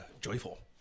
joyful